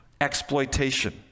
exploitation